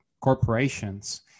corporations